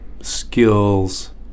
skills